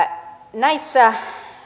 näissä